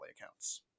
accounts